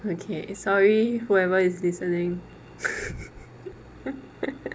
okay sorry whoever is listening